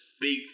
big